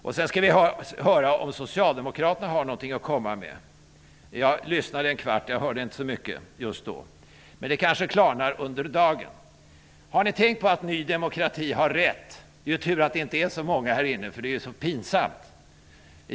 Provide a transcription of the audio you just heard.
Vi skall också höra om Socialdemokraterna har någonting att komma med. Jag lyssnade på herr Persson en kvart, men jag hörde inte så mycket just då. Men det kanske klarnar under dagen. Har ni tänkt på att Ny demokrati har rätt? Det är tur att det inte är så många i kammaren nu -- det här är ju så pinsamt.